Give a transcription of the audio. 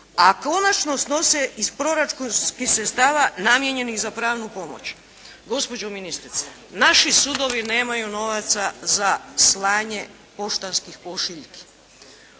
a konačno snose iz proračunskih sredstava namijenjenih za pravnu pomoć". Gospođo ministrice naši sudovi nemaju novaca za slanje poštanskih pošiljki.